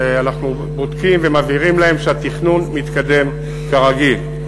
ואנחנו בודקים ומבהירים להם שהתכנון מתקדם כרגיל.